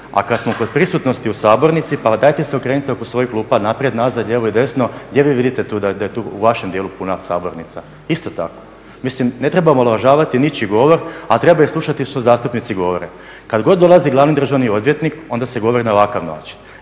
A kada smo kod prisutnosti u sabornici pa dajte se okrenite oko svojih klupa naprijed, nazad, lijevo i desno gdje vi vidite tu da je tu u vašem dijelu puna sabornica. Isto tako, mislim ne treba omalovažavati ničiji govor a treba i slušati što zastupnici govore. Kada god dolazi glavni državni odvjetnik onda se govori na ovakav način.